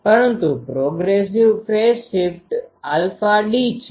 પરંતુ progressive phase shift αd છે